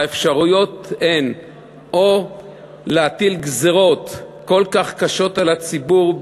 האפשרויות הן או להטיל גזירות כל כך קשות על הציבור,